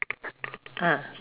ah